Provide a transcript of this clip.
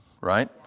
right